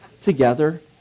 Together